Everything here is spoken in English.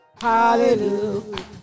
hallelujah